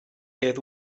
hedd